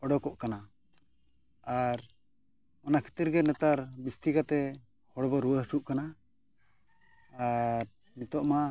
ᱩᱰᱩᱠᱚᱜ ᱠᱟᱱᱟ ᱟᱨ ᱚᱱᱟ ᱠᱷᱟᱹᱛᱤᱨ ᱜᱮ ᱱᱮᱛᱟᱨ ᱡᱟᱹᱥᱛᱤ ᱠᱟᱛᱮᱫ ᱦᱚᱲ ᱵᱚᱱ ᱨᱩᱣᱟᱹᱼᱦᱟᱹᱥᱩᱜ ᱠᱟᱱᱟ ᱟᱨ ᱱᱤᱛᱳᱜᱢᱟ